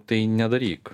tai nedaryk